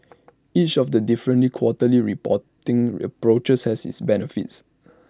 each of the differently quarterly reporting approaches has its benefits